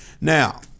Now